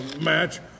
match